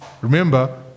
remember